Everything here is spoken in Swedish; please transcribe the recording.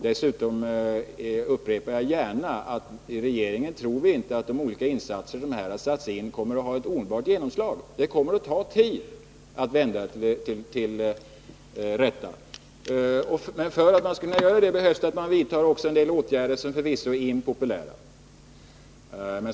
Dessutom upprepar jag gärna att vi inom regeringen inte tror att de olika insatserna kommer att resultera i ett genomslag omedelbart. Det kommer att ta tid att vända det hela rätt. För att kunna klara detta krävs att man vidtar vissa åtgärder, som förvisso är impopulära.